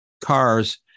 cars